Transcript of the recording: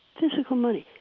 physical money,